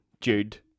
Jude